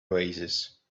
oasis